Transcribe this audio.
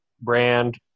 Brand